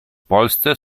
polsce